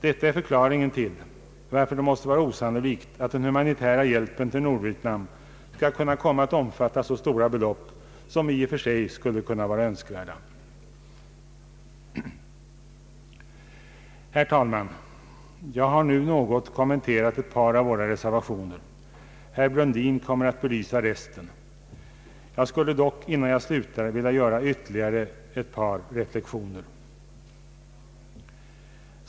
Det är förklaringen till att det måste vara osannolikt att den humanitära hjälpen till Nordvietnam skall kunna komma att omfatta så stora belopp som i och för sig kunde vara önskvärda. Herr talman! Jag har nu något kommenterat ett par av våra reservationer. Herr Brundin kommer att belysa de övriga. Jag skulle dock, innan jag slutar, vilja göra ytterligare ett par reflexioner.